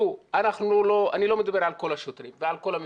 תראו, אני לא מדבר על כל השוטרים ועל כל המפקדים,